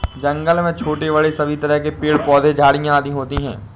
जंगल में छोटे बड़े सभी तरह के पेड़ पौधे झाड़ियां आदि होती हैं